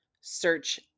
search